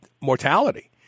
mortality